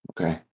okay